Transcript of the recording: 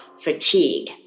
fatigue